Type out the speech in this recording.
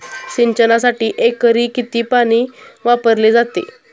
सिंचनासाठी एकरी किती पाणी वापरले जाते?